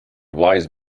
wise